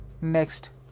Next